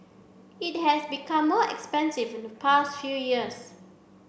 it has become more expensive in the past few years